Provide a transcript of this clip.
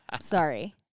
Sorry